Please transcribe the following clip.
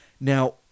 Now